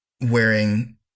wearing